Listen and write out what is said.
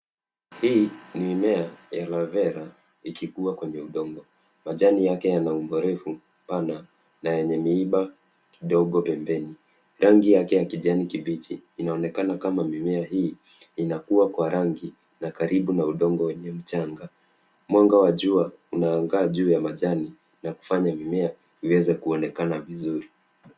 Hii ni mimea ya aloevera, ikikua kwenye udongo. Majani yake yana umbo refu pana, na yenye miiba kidogo pembeni. Rangi yake ya kijani kibichi, inaonekana kama mimea hii inakua kwa rangi na karibu na udongo wa mchanga. Mwanga wa jua, unaangaa juu ya majani, na kufanya mimea iweze kuonekana vizuri.